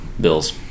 Bills